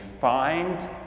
find